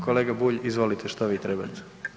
Kolega Bulj izvolite, što vi trebate?